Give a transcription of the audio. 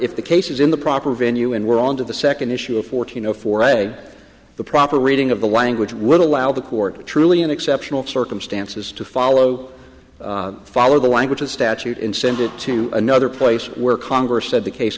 if the case is in the proper venue and we're on to the second issue of fourteen zero for the proper reading of the language will allow the court truly in exceptional circumstances to follow follow the language of statute and send it to another place where congress said the case